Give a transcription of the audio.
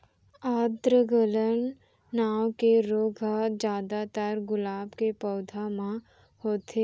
आद्र गलन नांव के रोग ह जादातर गुलाब के पउधा म होथे